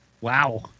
Wow